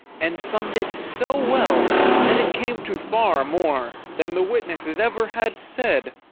and summed it so well that it came to far more than the witnesses ever had said!